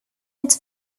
its